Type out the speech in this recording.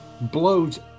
blows